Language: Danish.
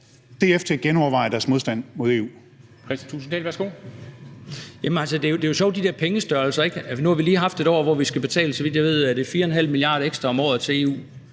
at genoverveje deres modstand mod EU?